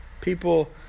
people